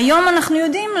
שהיום אנחנו יודעים,